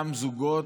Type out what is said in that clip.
גם זוגות,